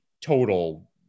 total